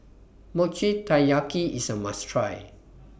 Mochi Taiyaki IS A must Try